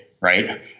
Right